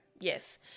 yes